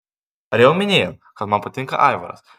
ar jau minėjau kad man patinka aivaras